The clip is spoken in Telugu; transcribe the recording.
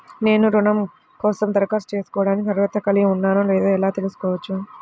నేను రుణం కోసం దరఖాస్తు చేసుకోవడానికి అర్హత కలిగి ఉన్నానో లేదో ఎలా తెలుసుకోవచ్చు?